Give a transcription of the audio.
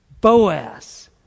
Boaz